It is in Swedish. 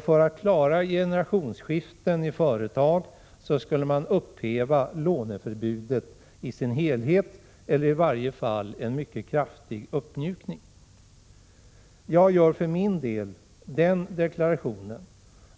För att klara generationsskiften i företag skulle låneförbudet i sin helhet upphävas eller i varje fall en mycket kraftig uppmjukning ske. Jag gör för min del den deklarationen